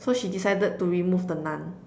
so she decided to remove the Nun